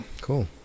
Cool